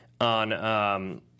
on